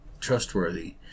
trustworthy